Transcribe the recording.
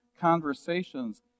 conversations